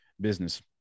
business